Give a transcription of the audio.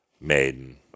Maiden